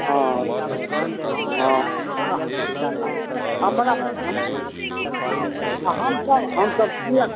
हँ हँ अपना हमसब हमसब दिअ